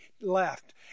Left